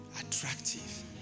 attractive